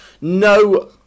no